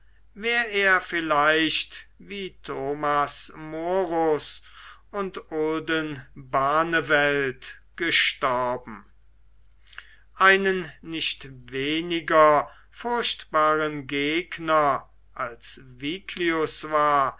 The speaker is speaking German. wär er vielleicht wie thomas morus und olden barneveldt gestorben einen nicht weniger furchtbaren gegner als viglius war